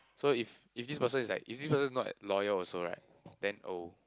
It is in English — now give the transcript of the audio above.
so if if this person is like if this person is not loyal also right then oh